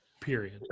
Period